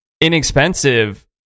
inexpensive